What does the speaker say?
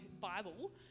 Bible